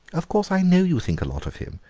of course i know you think a lot of him,